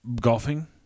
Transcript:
golfing